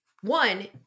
one